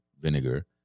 vinegar